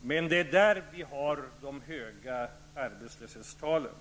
Men det är där vi har de höga arbetslöshetstalen.